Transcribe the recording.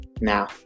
now